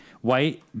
White